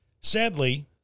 Sadly